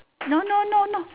no no no no